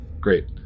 Great